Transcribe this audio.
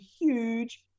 huge